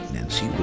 Nancy